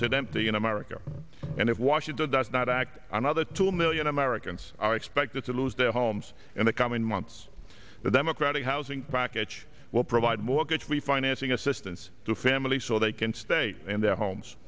sit empty in america and if washington does not act another two million americans are expected to lose their homes in the coming months the democratic housing package will provide mortgage refinancing assistance to families so they can state in their homes